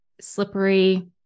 slippery